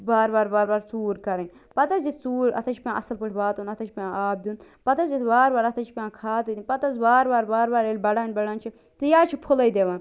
وارٕ وار وار وار ژوٗر کَرٕنۍ پتہٕ حظ یہِ ژوٗر اَتھ حظ چھُ پیٚوان اصٕل پٲٹھۍ واتُن اَتھ حظ چھُ پیٚوان آب دیٛن پتہٕ حظ ییٚلہ وار وار اَتھ حظ چھِ پیٚوان کھادٕ دِنۍ پتہٕ حظ وار وار وار وار ییٚلہِ بَڑھان بَڑھان چھُ تہٕ یہِ حظ چھُ فٕلے دِوان